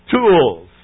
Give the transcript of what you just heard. Tools